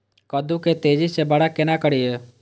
कद्दू के तेजी से बड़ा केना करिए?